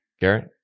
Garrett